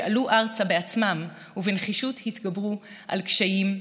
שעלו ארצה בעצמם ובנחישות התגברו על קשיים,